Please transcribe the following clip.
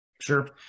Sure